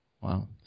Wow